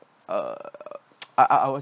uh I I was